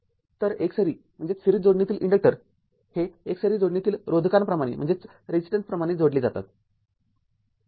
तर एकसरी जोडणीतील इन्डक्टर हे एकसरी जोडणीतील रोधकांप्रमाणेच जोडले जातात